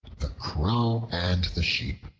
the crow and the sheep